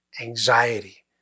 anxiety